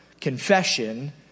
confession